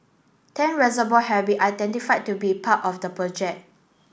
ten reservoir have been identified to be part of the project